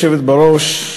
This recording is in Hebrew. גברתי היושבת-ראש,